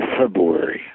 February